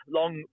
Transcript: long